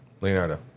Leonardo